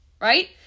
right